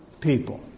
people